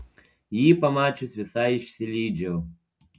jį pamačius visai išsilydžiau